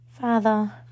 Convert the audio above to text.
Father